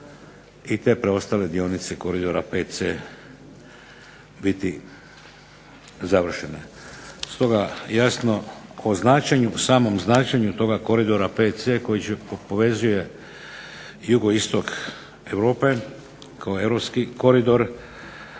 i te preostale dionice koridora VC biti završene. Stoga jasno o značenju, samom značenju toga koridora VC koji povezuje jugoistok Europe kao europski koridor,